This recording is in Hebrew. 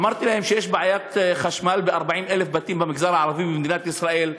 אמרתי להם שיש בעיית חשמל ב-40,000 בתים במגזר הערבי במדינת ישראל.